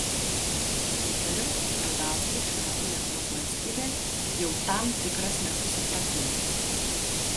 įtariu kad bradauskui šiuo metu lietuvos valstybė jau tam tikras nesusipratimas